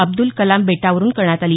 अब्दल कलाम बेटावरुन करण्यात आली